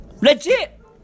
legit